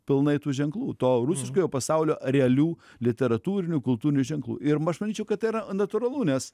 pilnai tų ženklų to rusiškojo pasaulio realių literatūrinių kultūrinių ženklų ir ma aš manyčiau kad tai yra natūralu nes